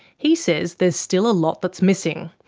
he says there's still a lot that's missing,